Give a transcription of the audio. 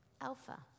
alpha